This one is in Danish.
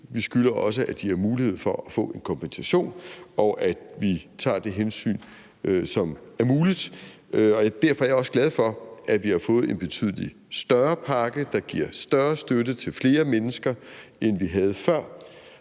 vi skylder dem også, at de har mulighed for at få en kompensation, og at vi altså tager det hensyn, som er muligt. Og derfor er jeg også glad for, at vi har fået en betydelig større pakke, der giver større støtte til flere mennesker, end vi havde før.